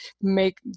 make